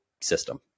system